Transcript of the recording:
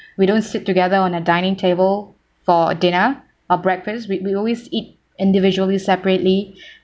we don't sit together on a dining table for dinner or breakfast we we always eat individually separately